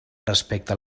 respecte